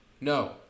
No